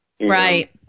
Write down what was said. right